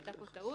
הייתה פה טעות",